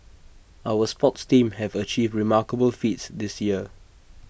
our sports teams have achieved remarkable feats this year